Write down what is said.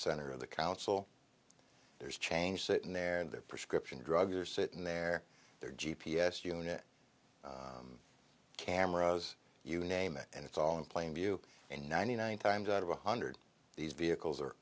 center of the council there's change sitting there and their prescription drugs are sitting there their g p s unit cameras you name it and it's all in plain view and ninety nine times out of one hundred these vehicles are